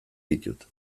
ditut